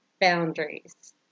boundaries